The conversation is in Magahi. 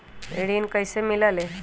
ऋण कईसे मिलल ले?